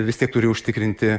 vis tiek turi užtikrinti